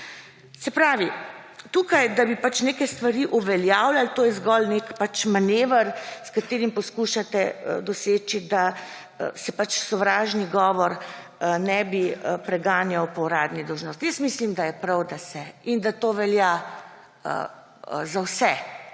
Se pravi, tukaj, da bi pač neke stvari uveljavljali, to je zgolj nek manever, s katerim poskušate doseči, da se sovražni govor ne bi preganjal po uradni dolžnosti. Mislim, da je prav, da se in da to velja za vse,